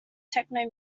techno